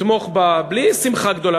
תתמוך בה בלי שמחה גדולה.